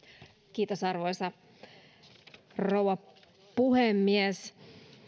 kiitos arvoisa rouva puhemies